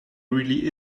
really